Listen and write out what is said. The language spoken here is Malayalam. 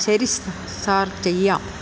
ശരി സാർ ചെയ്യാം